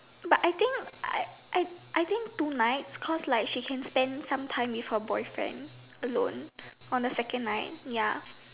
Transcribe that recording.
but I think I I I think two nights cause like she can spend some time with her boyfriend alone on the second night ya